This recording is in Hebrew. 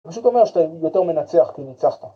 ‫זה פשוט אומר שאתה יותר מנצח ‫כי ניצחת.